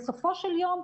בסופו של יום,